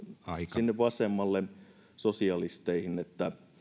sinne vasemmalle sosialisteihin